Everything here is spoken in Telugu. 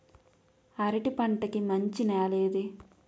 అరటి పంట కి మంచి నెల ఏది?